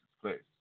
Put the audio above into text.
place